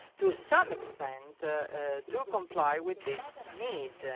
to some extent do comply with this need.